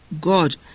God